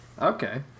Okay